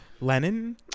Lenin